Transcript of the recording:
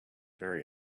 very